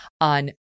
on